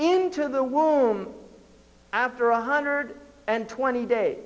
into the womb after a hundred and twenty days